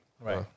right